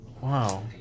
Wow